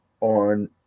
on